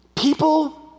People